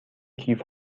کیف